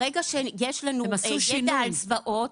ברגע שיש לנו ידע על זוועות,